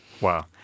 Wow